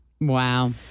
Wow